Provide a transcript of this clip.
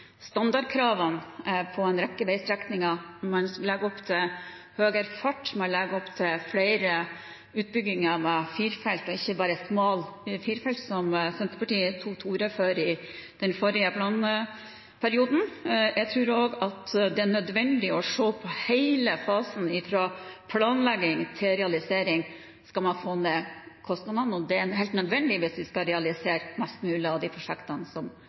standardkravene på en rekke veistrekninger, man legger opp til høyere fart, man legger opp til flere utbygginger av fire felt – ikke bare smal firefelts vei, som Senterpartiet tok til orde for i den forrige planperioden. Jeg tror også at det er nødvendig å se på hele fasen fra planlegging til realisering dersom man skal få ned kostnadene, og det er helt nødvendig hvis man skal realisere mest mulig av prosjektene som